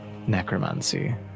Necromancy